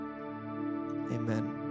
Amen